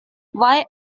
why